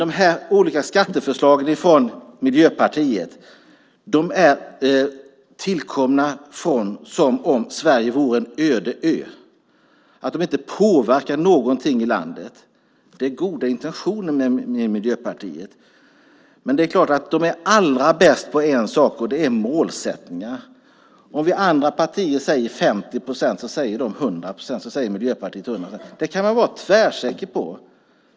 De olika skatteförslagen från Miljöpartiet har tillkommit som om Sverige vore en öde ö och som om de inte påverkade någonting i landet. Det är goda intentioner i Miljöpartiet. De är allra bäst på målsättningar. Om vi andra partier säger 50 procent, säger Miljöpartiet 100 procent. Det kan man vara tvärsäker på.